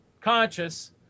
conscious